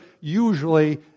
usually